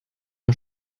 der